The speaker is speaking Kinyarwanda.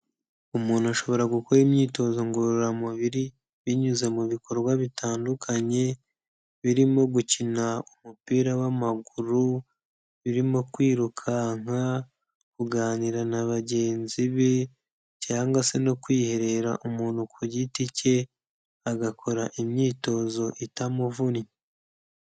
Umuntu ashobora gukora imyitozo ngororamubiri binyuze mu bikorwa bitandukanye birimo gukina umupira w'amaguru, birimo kwirukanka, kuganira na bagenzi be, cyangwa se no kwiherera umuntu ku giti cye agakora imyitozo itamuvunnye.